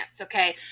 okay